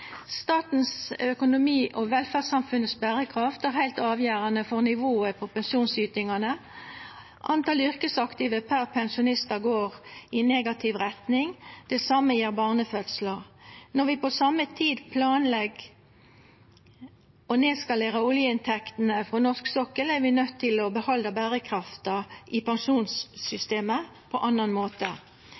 Statens økonomi og velferdssamfunnets berekraft er heilt avgjerande for nivået på pensjonsytingane. Talet på yrkesaktive per pensjonist går i negativ retning. Det same gjer barnefødslar. Når vi på same tid planlegg å nedskalera oljeinntektene frå norsk sokkel, er vi nøydde til å behalda berekrafta i pensjonssystemet på ein annan måte.